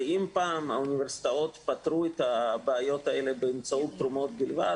אפ פעם האוניברסיטאות פתרו את הבעיות האלה באמצעות תרומות בלבד,